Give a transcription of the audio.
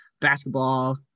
basketball